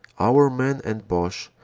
our men and bache,